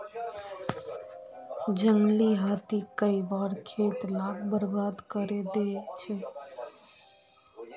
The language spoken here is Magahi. जंगली हाथी कई बार खेत लाक बर्बाद करे दे छे